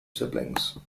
siblings